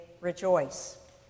rejoice